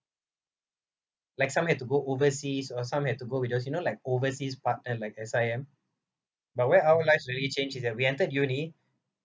like some had to go overseas or some had to go to those you know like overseas partner like S_I_M but where our lives really change is that we entered uni